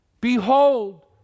behold